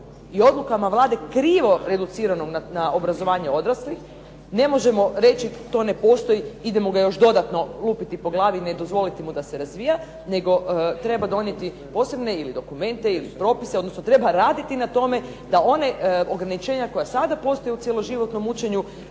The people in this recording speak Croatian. i odlukama Vlade krivo reduciramo na obrazovanje odraslih, ne možemo reći to ne postoji idemo ga još dodatno lupiti po glavi i ne dozvoliti mu da se razvija nego treba donijeti posebne dokumente ili propise odnosno treba raditi na tome da ona ograničenja koja sada postoje u cijelo životnom učenju